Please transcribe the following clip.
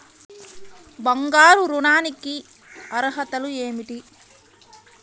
బంగారు ఋణం కి అర్హతలు ఏమిటీ?